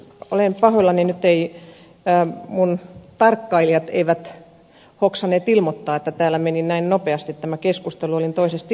olen pahoillani nyt minun tarkkailijani eivät hoksanneet ilmoittaa että täällä meni näin nopeasti tämä keskustelu olin toisessa tilaisuudessa